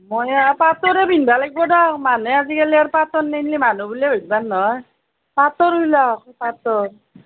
মই আৰ পাতৰে পিন্ধিব লাগিব দিয়ক মানুহে আজিকালি আৰু পাতৰ নিপিন্ধিলে মানুহ বুলিয়ে ভাবিব নহয় পাতৰ উলিয়াওক পাতৰ